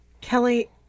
Kelly